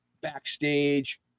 backstage